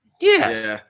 Yes